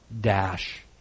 dash